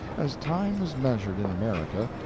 as time is measured in america,